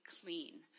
clean